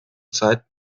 zeit